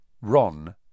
Ron